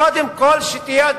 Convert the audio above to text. קודם כול שיהיו